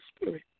Spirit